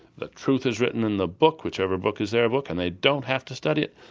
the truth is written in the book, whichever book is their book, and they don't have to study it.